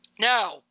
now